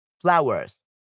Flowers